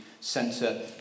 centre